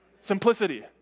Simplicity